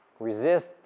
Resist